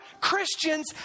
Christians